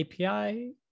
API